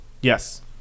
Yes